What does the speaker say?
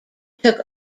took